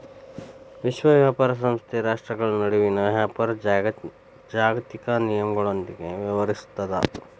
ವಿಶ್ವ ವ್ಯಾಪಾರ ಸಂಸ್ಥೆ ರಾಷ್ಟ್ರ್ಗಳ ನಡುವಿನ ವ್ಯಾಪಾರದ್ ಜಾಗತಿಕ ನಿಯಮಗಳೊಂದಿಗ ವ್ಯವಹರಿಸುತ್ತದ